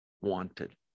wanted